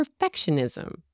perfectionism